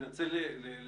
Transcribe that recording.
זה בלתי אפשרי, זה לא